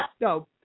no